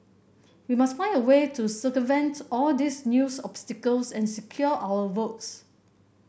we must find a way to circumvent all these new obstacles and secure our votes